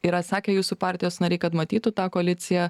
yra sakę jūsų partijos nariai kad matytų tą koaliciją